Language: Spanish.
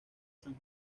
san